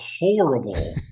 horrible